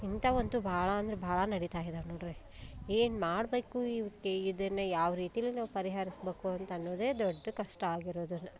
ಇಂಥವು ಅಂತೂ ಭಾಳ ಅಂದರೆ ಭಾಳ ನಡೀತಾ ಇದಾವೆ ನೋಡಿರಿ ಏನು ಮಾಡಬೇಕು ಇವಕ್ಕೆ ಇದನ್ನು ಯಾವ ರೀತಿಲಿ ನಾವು ಪರಿಹರಿಸ್ಬೇಕು ಅಂತ ಅನ್ನೋದೇ ದೊಡ್ಡ ಕಷ್ಟ ಆಗಿರೋದು